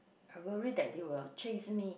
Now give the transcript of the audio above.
I worry that they will chase me